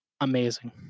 amazing